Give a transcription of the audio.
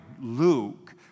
Luke